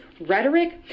rhetoric